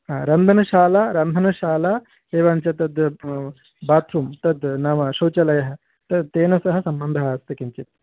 हा रन्धनशाला रन्धनशाला एवञ्च तद् बात्रूं तद् नाम शौचालयः तत् तेन सह सम्बन्धः अस्ति किञ्चित्